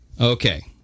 Okay